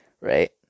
right